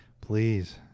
please